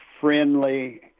friendly